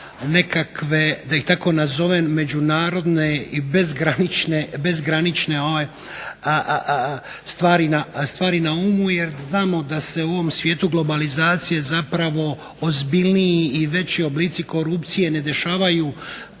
nekakve da ih tako nazovem međunarodne i bezgranične stvari na umu. Jer znamo da se u ovom svijetu globalizacije zapravo ozbiljniji i veći oblici korupcije ne dešavaju